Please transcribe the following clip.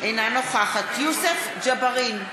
אינה נוכחת יוסף ג'בארין,